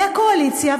מהקואליציה,